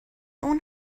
اون